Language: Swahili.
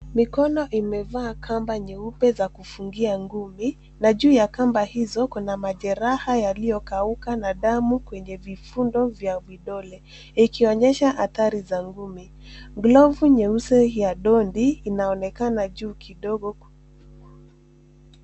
Mikono imevaa kamba nyeupe za kufungia ngumi na juu ya kamba hizo kuna majeraha yaliyokauka na damu kwenye vifundo vya vidole ikionyesha adhari za ngumi. Glovu nyeusi ya dondi inaonekana juu kidogo.